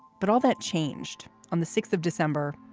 but all that changed on the sixth of december,